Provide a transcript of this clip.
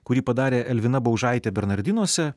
kurį padarė elvina baužaitė bernardinuose